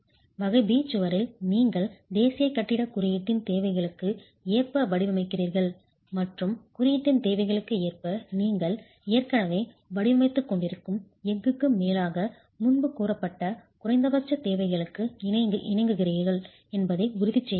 வகை B சுவரில் நீங்கள் தேசிய கட்டிடக் குறியீட்டின் தேவைகளுக்கு ஏற்ப வடிவமைக்கிறீர்கள் மற்றும் குறியீட்டின் தேவைகளுக்கு ஏற்ப நீங்கள் ஏற்கனவே வடிவமைத்துக்கொண்டிருக்கும் எஃகுக்கு மேலாக முன்பு கூறப்பட்ட குறைந்தபட்சத் தேவைகளுக்கு இணங்கியுள்ளீர்கள் என்பதை உறுதிசெய்கிறீர்கள்